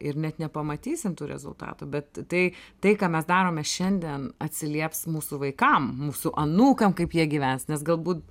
ir net nepamatysim tų rezultatų bet tai tai ką mes darome šiandien atsilieps mūsų vaikam mūsų anūkam kaip jie gyvens nes galbūt